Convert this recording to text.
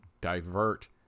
divert